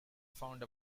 found